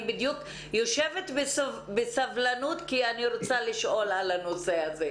אני יושבת בסבלנות ורוצה לשאול על הנושא הזה.